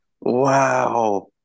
Wow